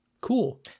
Cool